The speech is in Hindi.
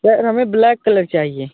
सर हमें ब्लैक कलर चाहिए